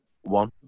one